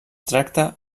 tracta